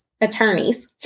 attorneys